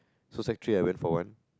so sec three I went for one